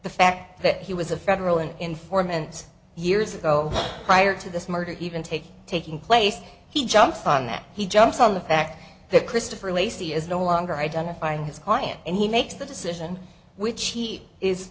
the fact that he was a federal an informant years ago prior to this murder even taking taking place he jumps on that he jumps on the fact that christopher lacy is no longer identifying his client and he makes the decision which he is